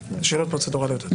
שאלות פרוצדורליות אני אתן לשאול.